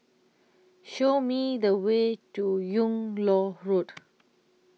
Show Me The Way to Yung Loh Road